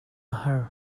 har